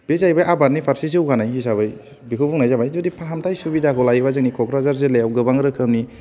बे जाहैबाय आबादनि फारसे जौगानाय हिसाबै बेखौ बुंनाय जाबाय फाहामथाइ सुबिदाखौ लायोबा जोंनि क'क्राझार जिलायाव गोबां रोखोमनि